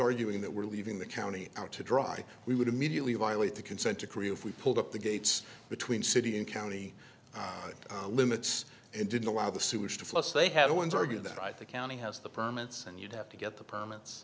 arguing that we're leaving the county out to dry we would immediately violate the consent decree if we pulled up the gates between city and county limits and didn't allow the sewage to plus they had once argued that i think county has the permits and you'd have to get the permits